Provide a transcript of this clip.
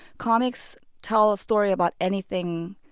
comics tell a story about anything,